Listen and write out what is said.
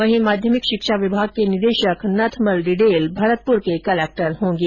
वहीं माध्यमिक शिक्षा विभाग के निदेशक नथमल डिडेल भरतपुर के कलेक्टर होंगे